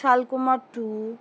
Salkumar two